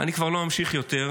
אני כבר לא אמשיך יותר,